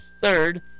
third